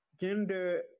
gender